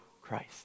Christ